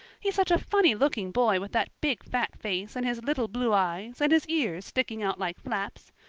he's such a funny-looking boy with that big fat face, and his little blue eyes, and his ears sticking out like flaps.